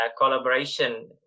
collaboration